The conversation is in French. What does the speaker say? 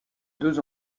deux